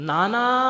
Nana